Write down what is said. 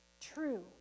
true